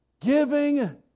giving